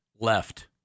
left